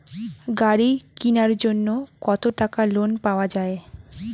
গাড়ি কিনার জন্যে কতো টাকা লোন পাওয়া য়ায়?